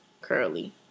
curly